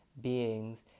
beings